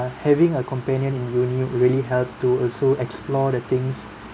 having a companion in uni really help to also explore the things